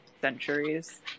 centuries